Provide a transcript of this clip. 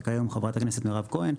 היום חברת הכנסת חברת כהן.